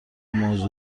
موزه